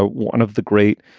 ah one of the great